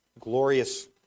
glorious